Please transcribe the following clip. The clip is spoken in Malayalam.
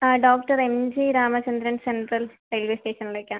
ആ doctor MG Ramachandran central railway സ്റ്റേഷനിലേക്കാണ്